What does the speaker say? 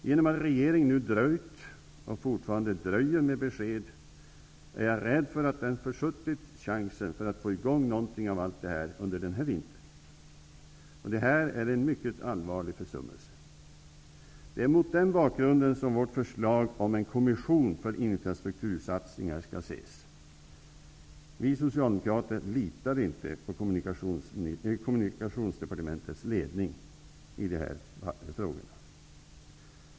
Genom att regeringen dröjt och fortfarande dröjer med besked, är jag rädd för att den försuttit chansen att få i gång någonting av allt detta under denna vinter. Detta är en mycket allvarlig försummelse. Det är mot den bakgrunden som vårt förslag om en kommission för infrastruktursatsningar skall ses. Vi socialdemokrater litar inte på Kommunikationsdepartementets ledning i dessa frågor.